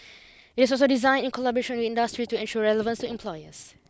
it is also designed in collaboration with industry to ensure relevance to employers